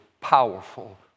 powerful